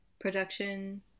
production